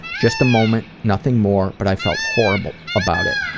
just a moment nothing more. but i felt horrible about it.